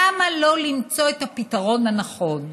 למה לא למצוא את הפתרון הנכון?